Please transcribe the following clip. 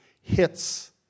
hits